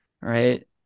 right